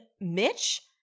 Mitch